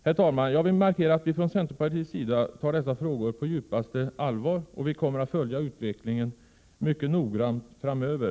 Herr talman! Jag vill markera att centerpartiet tar dessa frågor på djupaste allvar. Vi kommer att följa utvecklingen mycket noggrant framöver.